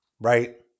right